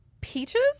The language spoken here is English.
Peaches